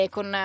Con